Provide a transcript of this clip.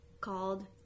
called